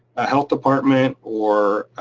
a health department or